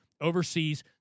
overseas